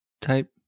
type